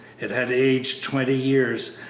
it had aged twenty years,